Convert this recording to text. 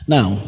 Now